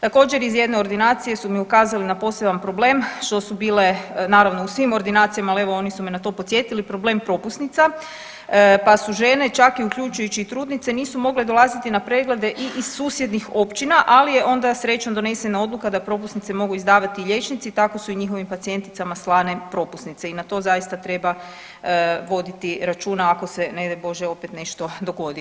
Također iz jedne ordinacije su mi ukazali na poseban problem što su bile naravno u svim ordinacijama, ali evo oni su me na to podsjetili, problem propusnica, pa su žene čak uključujući i trudnice nisu mogle dolaziti na preglede i iz susjednih općina, ali je onda srećom donesena odluka da propusnice mogu izdavati i liječnici, tako su i njihovim pacijenticama slane propusnice i na to zaista treba voditi računa ako se ne daj Bože opet nešto dogodi.